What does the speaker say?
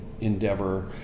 endeavor